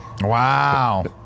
Wow